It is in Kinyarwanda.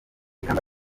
ikamba